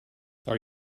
are